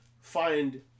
find